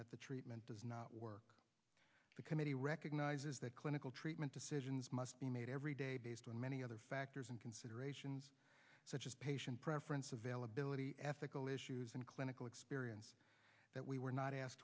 that the treatment does not work the committee recognizes that clinical treatment decisions must be made every day based on many other factors and considerations such as patient preference availability ethical issues and clinical experience that we were not asked